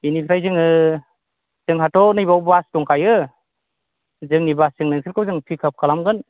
बेनिफ्राय जोङो जोंहाथ' नैबाव बास दंखायो जोंनि बासजों नोंसोरखौ जों पिकआप खालामगोन